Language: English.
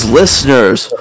listeners